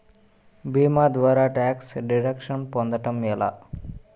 భీమా ద్వారా tax deduction పొందటం ఎలా?